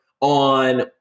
on